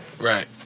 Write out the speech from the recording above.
Right